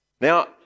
Now